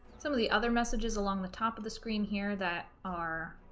some of the other messages along the top of the screen here that are